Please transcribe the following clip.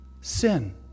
sin